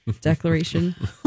Declaration